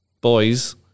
boys